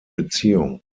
beziehung